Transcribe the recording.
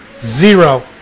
Zero